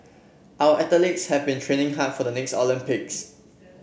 our athletes have been training hard for the next Olympics